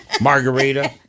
Margarita